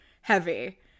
heavy